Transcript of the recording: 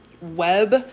web